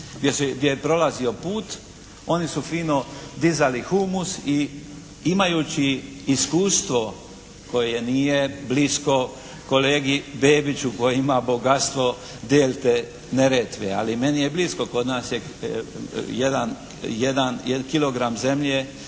gdje je prolazio put oni su fino dizali humus i imajući iskustvo koje nije blisko kolegi Bebiću koji ima bogatstvo delte Neretve, ali meni je blisko, kod nas je jedan kilogram zemlje